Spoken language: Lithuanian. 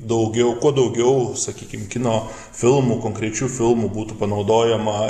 daugiau kuo daugiau sakykim kino filmų konkrečių filmų būtų panaudojama